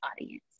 audience